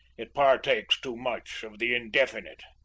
it partakes too much of the indefinite.